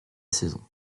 saison